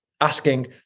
asking